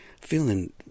feeling